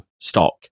stock